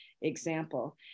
example